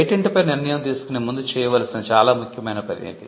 పేటెంట్పై నిర్ణయం తీసుకునే ముందు చేయవలసిన చాలా ముఖ్యమైన పని ఇది